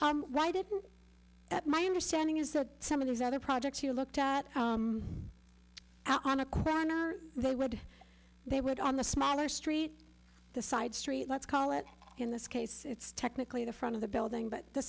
greg why didn't that my understanding is that some of these other projects you looked at out on a they would they would on the smaller street the side street let's call it in this case it's technically the front of the building but the